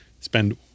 spend